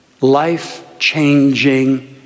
life-changing